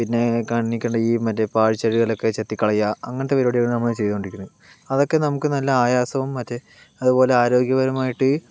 പിന്നെ കണ്ണിൽ കണ്ട ഈ മറ്റെ പാഴ്ച്ചെടികളൊക്കെ ചെത്തിക്കളയുക അങ്ങനത്തെ പരിപാടികളാണ് ചെയ്തുകൊണ്ടിരിക്കുന്നത് അതൊക്കെ നമ്മൾക്ക് നല്ല ആയാസവും മറ്റ് അതുപോലെ ആരോഗ്യപരമായിട്ട്